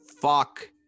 Fuck